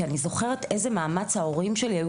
כי אני זוכרת איזה מאמץ ההורים שלי היו